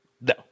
No